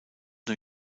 new